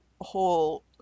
whole